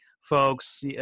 folks